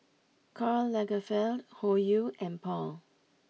Karl Lagerfeld Hoyu and Paul